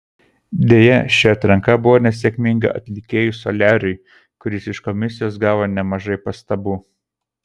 deja ši atranka buvo nesėkminga atlikėjui soliariui kuris iš komisijos gavo nemažai pastabų